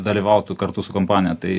dalyvautų kartu su kompanija tai